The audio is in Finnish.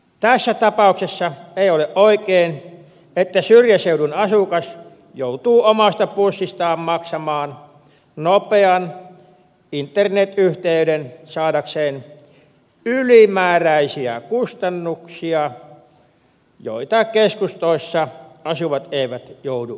tässä tapauksessa ei ole oikein että syrjäseudun asukas joutuu omasta pussistaan maksamaan nopean internetyhteyden saadakseen ylimääräisiä kustannuksia joita keskustassa asuvat eivät joudu maksamaan